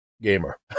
gamer